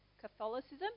Catholicism